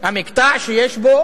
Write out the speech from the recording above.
מקטע שיש בו